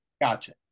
gotcha